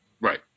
Right